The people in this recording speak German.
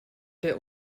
der